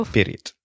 Period